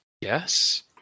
Yes